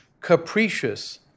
capricious